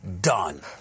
done